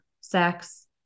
sex